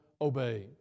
obey